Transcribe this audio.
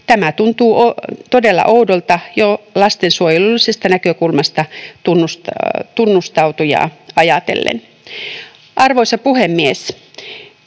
Tämä tuntuu todella oudolta jo lastensuojelullisesta näkökulmasta tunnustautujaa ajatellen. Arvoisa puhemies!